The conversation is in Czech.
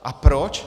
A proč?